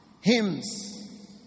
hymns